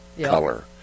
color